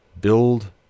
Build